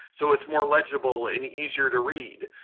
so it's more legible and easier to read.